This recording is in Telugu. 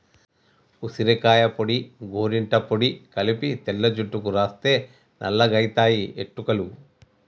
ఉసిరికాయ పొడి గోరింట పొడి కలిపి తెల్ల జుట్టుకు రాస్తే నల్లగాయితయి ఎట్టుకలు